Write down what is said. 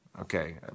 okay